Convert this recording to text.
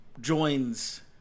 joins